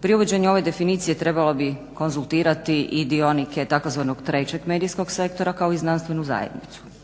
Pri uvođenju ove definicije trebalo bi konzultirati i dionike tzv. trećeg medijskog sektora, kao i znanstvenu zajednicu.